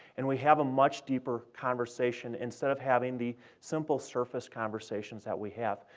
and we have a much deeper conversation instead of having the simple surface conversations that we have,